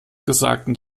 gesagten